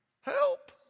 Help